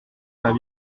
pas